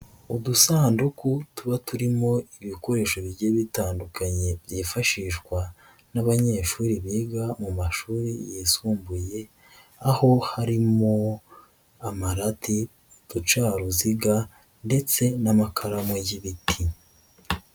Udusanduku tuba turimo ibikoresho bigiye bitandukanye byifashishwa n'abanyeshuri biga mu mashuri yisumbuye, aho harimo amarate, uducaruziaga ndetse n'amakaramu y'ibiti.